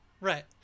right